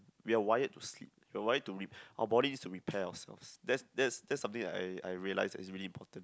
we are wired to sleep we are wired to re~ our body needs to repair ourselves that's that's that's something I I realise that's really important